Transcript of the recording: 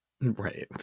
Right